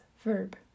verb